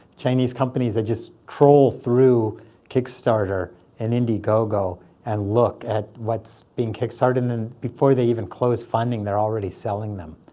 chinese companies, that just troll through kickstarter and indiegogo and look at what's being kickstarted. and then before they even close funding, they're already selling them.